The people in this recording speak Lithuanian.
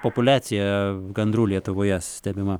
populiacija gandrų lietuvoje stebima